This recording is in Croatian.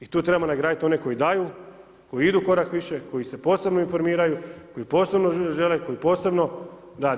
I tu trebamo nagraditi one koji daju, koji idu korak više, koji se posebno informiraju, koji posebno žele, koji posebno rade.